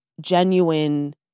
genuine